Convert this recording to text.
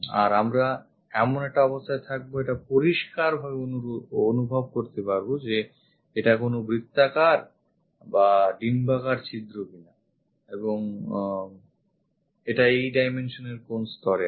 আর আমরা এমন একটা অবস্থায় থাকবো এটা পরিস্কারভাবে অনুভব করতে পারি এটা কোন বৃত্তাকার বা ডিম্বাকার ছিদ্র কিনা এবং এটা এই ডাইমেনশনের কোন স্তরে আছে